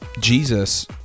Jesus